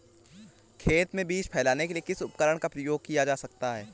खेत में बीज फैलाने के लिए किस उपकरण का उपयोग किया जा सकता है?